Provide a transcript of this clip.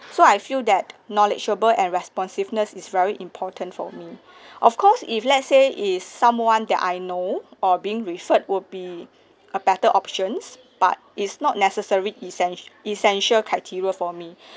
so I feel that knowledgeable and responsiveness is very important for me of course if let's say is someone that I know or being referred would be a better options but is not necessary essen~ essential criteria for me